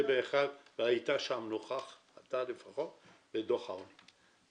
כי אתה לפחות היית נוכח בדוח העוני.